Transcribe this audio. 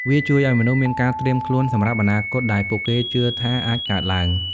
វាជួយឲ្យមនុស្សមានការត្រៀមខ្លួនសម្រាប់អនាគតដែលពួកគេជឿថាអាចកើតឡើង។